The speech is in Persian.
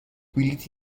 بلیط